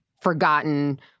forgotten